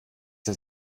das